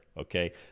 Okay